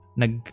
nag